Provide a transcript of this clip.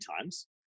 times